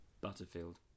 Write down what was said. Butterfield